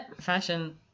Fashion